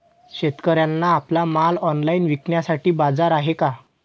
शेतकऱ्यांना आपला माल ऑनलाइन विकण्यासाठी बाजार आहे का?